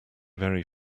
very